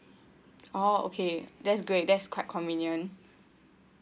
oh okay that's great that's quite convenient